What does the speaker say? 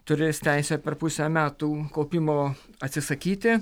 turės teisę per pusę metų kaupimo atsisakyti